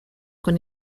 con